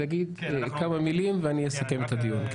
תגיד כמה מילים ואני אסכם את הדיון.